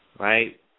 Right